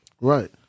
Right